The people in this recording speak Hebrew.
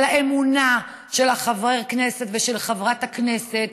על האמונה של חבר הכנסת ושל חברת הכנסת,